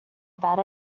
about